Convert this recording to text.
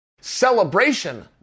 celebration